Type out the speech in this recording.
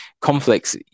conflicts